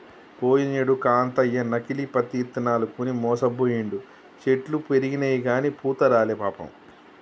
పోయినేడు కాంతయ్య నకిలీ పత్తి ఇత్తనాలు కొని మోసపోయిండు, చెట్లు పెరిగినయిగని పూత రాలే పాపం